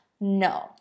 No